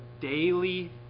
daily